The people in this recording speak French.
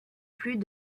plus